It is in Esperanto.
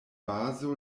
bazo